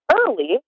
early